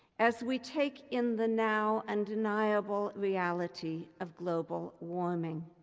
as we take in the now undeniable reality of global warming,